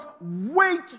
wait